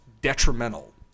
detrimental